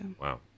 Wow